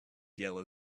yellow